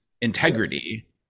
integrity